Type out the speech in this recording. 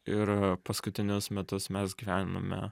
ir paskutinius metus mes gyvenome